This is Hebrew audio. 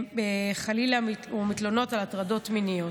חלילה, או מתלונות על הטרדות מיניות.